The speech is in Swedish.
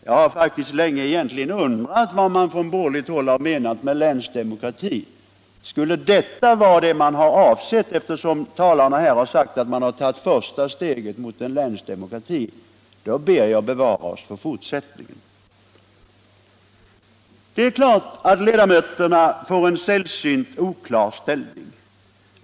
Jag har faktiskt länge undrat vad man från borgerligt håll egentligen har menat med länsdemokrati. Skulle detta vara det man har avsett, eftersom talarna här har sagt att man nu tar första steget mot en länsdemokrati, då ber jag att vi måtte bli bevarade från fortsättningen. Det är klart att ledamöterna får en sällsynt oklar ställning.